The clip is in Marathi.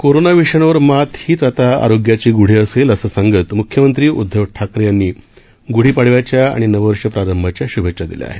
कोरोना विषाणूवर मात हीच आता आरोग्याची गुढी असेल असं सांगत मुख्यमंत्री उद्धव ठाकरे यांनी गूढी पाडव्याच्या आणि नववर्ष प्रारंभाच्या शुभेच्छा दिल्या आहेत